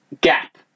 gap